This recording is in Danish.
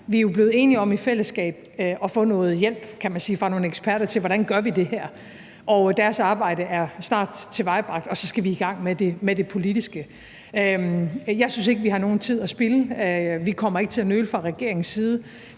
blevet enige om at få noget hjælp fra nogle eksperter til at gøre det her, og deres arbejde er snart tilendebragt, og så skal vi i gang med det politiske. Jeg synes ikke, vi har nogen tid at spilde. Vi kommer ikke fra regeringens side